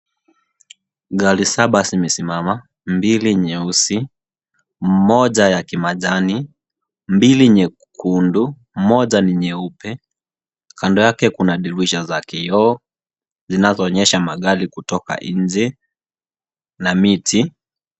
Gari Saba zimesimama mbili nyeusi ,moja ya kimajani, mbili nyekundu, mona ni nyeupe kando yake kuna dirisha za kioo zinaonyesha magari kutoka nje na miti.